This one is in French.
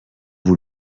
vous